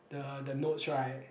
the the notes right